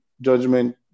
judgment